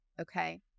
okay